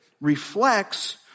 reflects